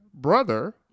brother